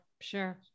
Sure